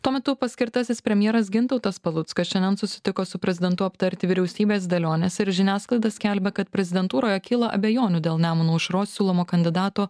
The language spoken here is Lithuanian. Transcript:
tuo metu paskirtasis premjeras gintautas paluckas šiandien susitiko su prezidentu aptarti vyriausybės dėliones ir žiniasklaida skelbia kad prezidentūroje kyla abejonių dėl nemuno aušros siūlomo kandidato